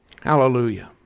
Hallelujah